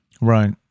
Right